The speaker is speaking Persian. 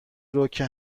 روکه